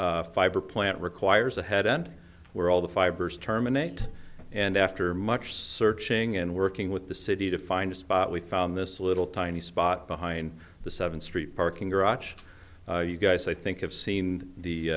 that fiber plant requires a head and where all the fibers terminate and after much searching and working with the city to find a spot we found this little tiny spot behind the seven street parking garage you guys i think have seen the